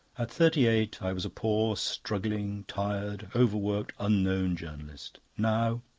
at thirty-eight i was a poor, struggling, tired, overworked, unknown journalist. now,